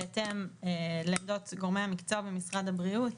בהתאם לעמדות גורמי המקצוע במשרד הבריאות,